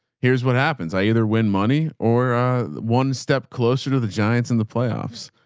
here's what happens. i either win money or a one step closer to the giants and the playoffs.